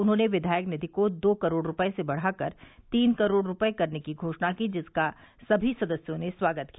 उन्होंने विधायक निधि को दो करोड़ रूपये से बढ़ा कर तीन करोड़ रूपये करने की घोषणा की जिसका सभी सदस्यों ने स्वागत किया